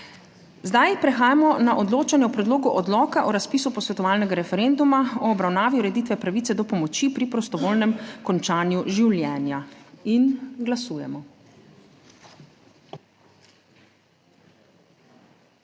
Zdaj prehajamo na odločanje o Predlogu odloka o razpisu posvetovalnega referenduma o obravnavi ureditve pravice do pomoči pri prostovoljnem končanju življenja. In glasujemo.